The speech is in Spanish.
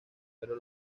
pero